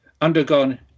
undergone